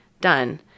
done –